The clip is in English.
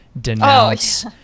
denounce